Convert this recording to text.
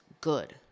good